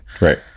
Right